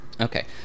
Okay